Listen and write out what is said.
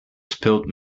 spilt